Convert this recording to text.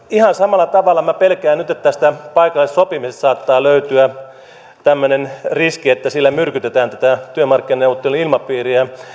ihan samalla tavalla minä pelkään nyt että tästä paikallisesta sopimisesta saattaa löytyä tämmöinen riski että sillä myrkytetään tätä työmarkkinaneuvottelujen ilmapiiriä